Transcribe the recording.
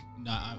No